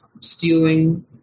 stealing